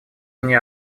мне